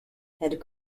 had